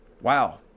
Wow